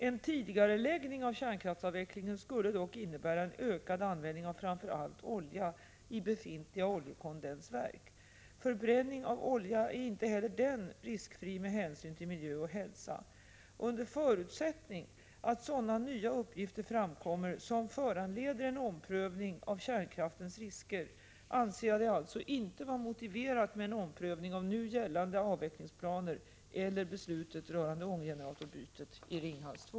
En tidigareläggning av kärnkraftsavvecklingen skulle dock innebära en ökad användning av framför allt olja i befintliga oljekondensverk. Förbränning av olja är inte heller den riskfri med hänsyn till miljö och hälsa. Under förutsättning att inga nya uppgifter framkommer som föranleder en omprövning av kärnkraftens risker anser jag det alltså inte vara motiverat med en omprövning av nu gällande avvecklingsplaner eller beslutet rörande ånggeneratorbytet i Ringhals 2.